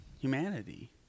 humanity